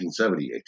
1978